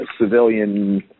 civilian